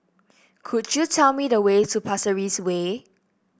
could you tell me the way to Pasir Ris Way